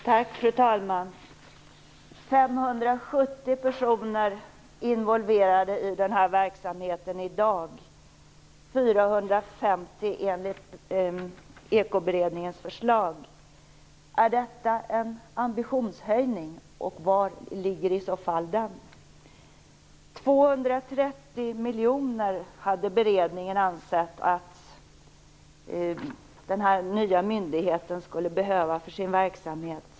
Fru talman! 570 personer är i dag involverade i den här verksamheten - 450 personer enligt Ekobrottsberedningens förslag. Är detta en ambitionshöjning, och vari ligger i så fall den? 230 000 000 kronor ansåg beredningen att den nya myndigheten skulle behöva för sin verksamhet.